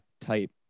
type